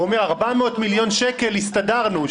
הוא אומר: 400 מיליון שקל הסתדרנו,